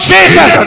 Jesus